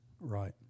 Right